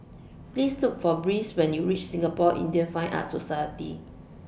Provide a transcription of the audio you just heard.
Please Look For Bryce when YOU REACH Singapore Indian Fine Arts Society